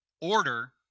order